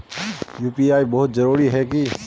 UPI बहुत जरूरी है की?